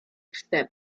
wstęp